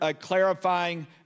clarifying